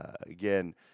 Again